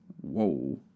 Whoa